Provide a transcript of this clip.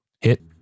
Hit